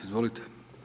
Izvolite.